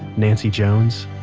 nancy jones,